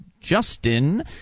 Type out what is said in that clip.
Justin